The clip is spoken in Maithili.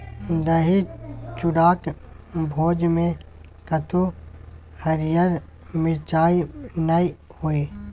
दही चूड़ाक भोजमे कतहु हरियर मिरचाइ नै होए